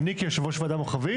אני כיושב ראש ועדה מרחבית,